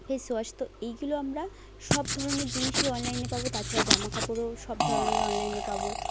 face wash তো এগুলো আমরা সব ধরনের জিনিসই অনলাইনে পাব তাছাড়া জামাকাপড়ও সব ধরনের অনলাইনে পাব